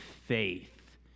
faith